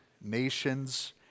nations